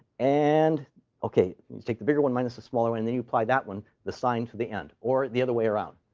and ok, let's take the bigger one minus the smaller one, and then you apply that one the sign to the end. or the other way around.